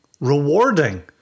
rewarding